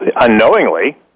Unknowingly